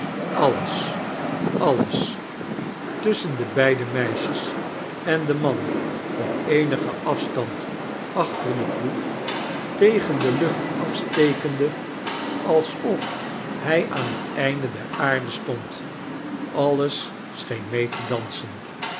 alles alles tusschen de beide meisjes en den man op eenigen afstand achter den ploeg tegen de lucht afstekende alsof hij aan het einde der aarde stand alles seheen mee tie dansen